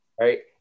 right